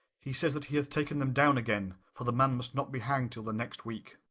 he says that he hath taken them down again, for the man must not be hang'd till the next week.